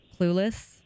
Clueless